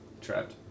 Trapped